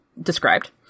described